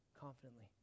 confidently